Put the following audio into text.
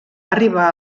arribar